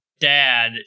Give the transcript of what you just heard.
dad